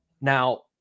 now